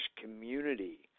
community